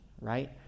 right